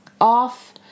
off